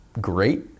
great